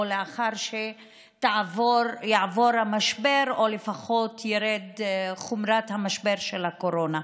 לאחר שיעבור המשבר או לפחות תרד חומרת משבר הקורונה.